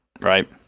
Right